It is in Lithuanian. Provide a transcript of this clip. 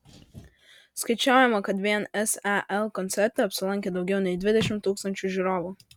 skaičiuojama kad vien sel koncerte apsilankė daugiau nei dvidešimt tūkstančių žiūrovų